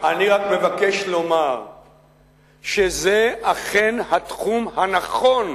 אני רק מבקש לומר שזה אכן התחום הנכון,